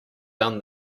done